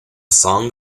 song